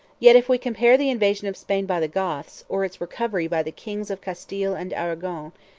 yet if we compare the invasion of spain by the goths, or its recovery by the kings of castile and arragon,